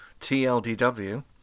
TLDW